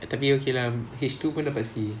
tapi okay lah H two pun dapat c